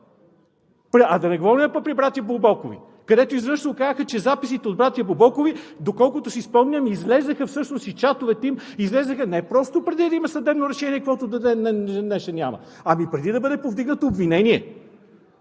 а да не говорим пък при братя Бобокови, където изведнъж се оказа, че записите от братя Бобокови, доколкото си спомням, излязоха всъщност и чатовете им. Излязоха не просто преди да има съдебно решение, каквото до ден днешен няма, ами преди да бъде повдигнато обвинение!